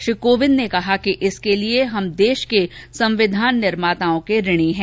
श्री कोविंद ने कहा कि इसके लिए हम देश के संविधान के निर्माताओं के ऋणी हैं